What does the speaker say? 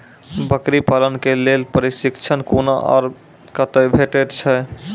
बकरी पालन के लेल प्रशिक्षण कूना आर कते भेटैत छै?